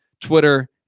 twitter